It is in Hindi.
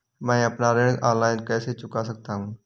मैं अपना ऋण ऑनलाइन कैसे चुका सकता हूँ?